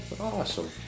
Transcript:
Awesome